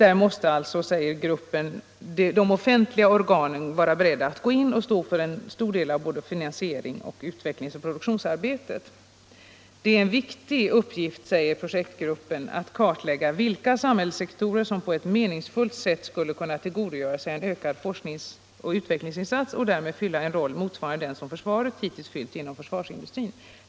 Där måste, säger gruppen, de offentliga organen vara beredda att gå in och stå för en stor del av både finansiering, utvecklingsoch produktionsarbete. Det är en viktig uppgift, säger gruppen, att kartlägga vilka samhällssektorer som på ett meningsfullt sätt skulle kunna tillgodogöra sig ökade forskningsoch utvecklingsinsatser och därmed fylla en roll motsvarande den som försvaret hittills har fyllt inom försvarsindustrin.